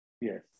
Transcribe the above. Yes